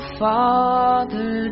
father